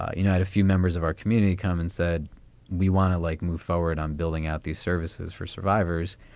ah you know, a few members of our community come and said we want to like move forward on building out these services for survivors.